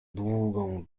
długą